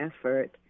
effort